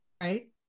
Right